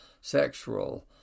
sexual